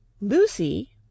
Lucy